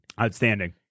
outstanding